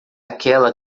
aquela